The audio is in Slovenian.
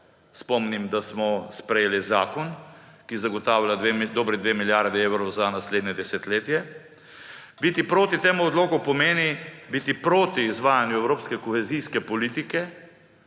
Spomnim, da smo sprejeli zakon, ki zagotavlja dobri 2 milijardi evrov za naslednje desetletje. Biti proti temu odloku pomeni biti proti izvajanju evropske kohezijske politike,